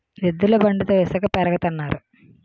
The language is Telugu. ఎద్దుల బండితో ఇసక పెరగతన్నారు